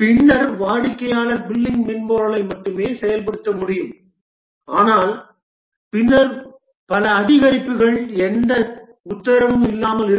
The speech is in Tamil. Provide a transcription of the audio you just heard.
பின்னர் வாடிக்கையாளர் பில்லிங் மென்பொருளை மட்டுமே செயல்படுத்த முடியும் ஆனால் பின்னர் பல அதிகரிப்புகள் எந்த உத்தரவும் இல்லாமல் இருக்கும்